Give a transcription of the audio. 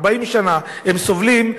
40 שנה הם סובלים,